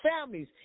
families